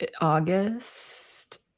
August